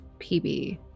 PB